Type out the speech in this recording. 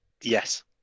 Yes